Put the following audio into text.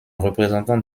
représentant